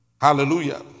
Hallelujah